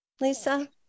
lisa